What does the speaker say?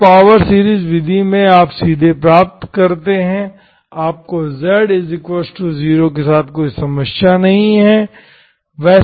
इस power series विधि में आप सीधे प्राप्त करते हैं आपको z 0 के साथ कोई समस्या नहीं है